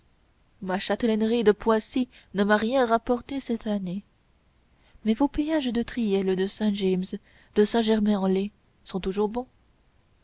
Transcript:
ma châtellenie de poissy ne m'a rien rapporté cette année mais vos péages de triel de saint-james de saint germain en laye sont toujours bons